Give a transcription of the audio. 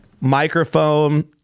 Microphone